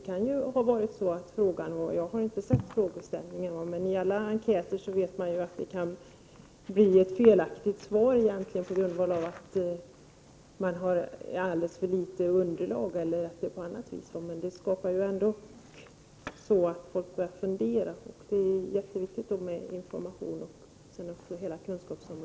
Jag har inte sett frågorna, men man vet ju när det gäller enkäter att resultatet kan bli felaktigt därför att underlaget varit bristfälligt. Människorna känner sig osäkra och börjar fundera. Det är då mycket viktigt att ge information och förmedla kunskaper.